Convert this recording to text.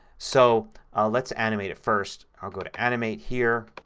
so let's animate it first. i'll go to animate here,